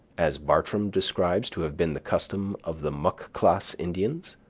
as bartram describes to have been the custom of the mucclasse indians?